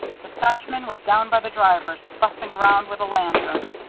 the scotchman was down by the drivers fussing around with a lantern.